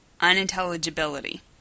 unintelligibility